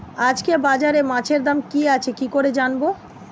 আজকে বাজারে মাছের দাম কি আছে কি করে জানবো?